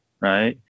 right